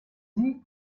sie